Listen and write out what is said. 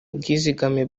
ubwizigame